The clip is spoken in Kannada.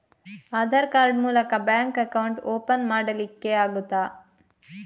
ಆಧಾರ್ ಕಾರ್ಡ್ ಮೂಲಕ ಬ್ಯಾಂಕ್ ಅಕೌಂಟ್ ಓಪನ್ ಮಾಡಲಿಕ್ಕೆ ಆಗುತಾ?